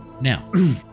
Now